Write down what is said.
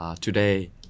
Today